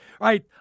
right